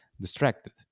distracted